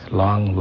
long